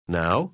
now